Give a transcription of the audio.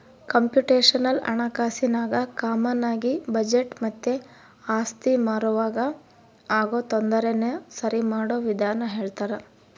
computational ಹಣಕಾಸಿನಾಗ ಕಾಮಾನಾಗಿ budget ಮತ್ತೆ ಆಸ್ತಿ ಮಾರುವಾಗ ಆಗೋ ತೊಂದರೆನ ಸರಿಮಾಡೋ ವಿಧಾನ ಹೇಳ್ತರ